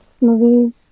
movies